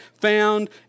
found